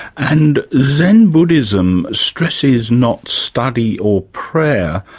and zen buddhism stresses not study or prayer,